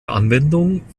anwendung